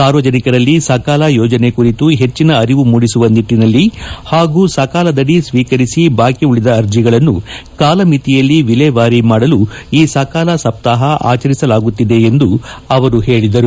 ಸಾರ್ವಜನಿಕರಲ್ಲಿ ಸಕಾಲ ಯೋಜನೆ ಕುರಿತು ಹೆಚ್ಚಿನ ಅರಿವು ಮೂಡಿಸುವ ನಿಟ್ಟನಲ್ಲಿ ಹಾಗೂ ಸಕಾಲದಡಿ ಸ್ನೀಕರಿಸಿ ಬಾಕಿ ಉಳಿದ ಅರ್ಜಿಗಳನ್ನು ಕಾಲಮಿತಿಯಲ್ಲಿ ವಿಲೇವಾರಿ ಮಾಡಲು ಈ ಸಕಾಲ ಸಪ್ತಾಪ ಆಚರಿಸಲಾಗುತ್ತಿದೆ ಎಂದು ಅವರು ಹೇಳಿದ್ದಾರೆ